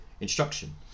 instruction